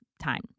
time